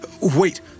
wait